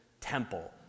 temple